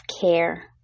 care